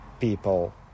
people